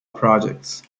projects